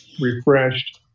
refreshed